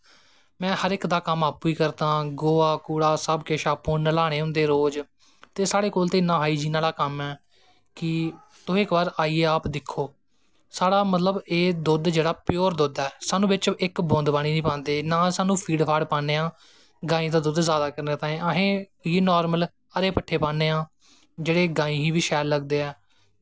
में सारें दा कम्म अफ्पूं गै करदा हां गोहा कूड़ा सब किश अप्पूं नैह्लानें होंदे रोज़ सते साढ़े कोल ते इन्नां हाईजीन आह्ला कम्म ऐ कि तुस आईयै आप इ बारी दिक्खो साढ़ा एह् दुध्द मतलव प्योर दुध्द ऐ बिच्च इक बूंद पानी नी पांदे नां फीड फूड पांदे आं गायें दा दुध्द जादा करनें आस्तै अस इयै हरे पट्ठे पान्नें आं जेह्ड़े गायें गी बी शऐल लगदे ऐं